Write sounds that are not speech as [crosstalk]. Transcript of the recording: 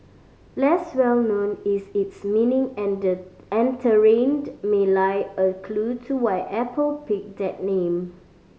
less well known is its meaning and and therein [unintelligible] may lie a clue to why Apple picked that name